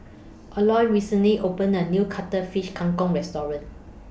Eloy recently opened A New Cuttlefish Kang Kong Restaurant